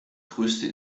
größte